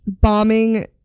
bombing